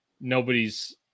nobody's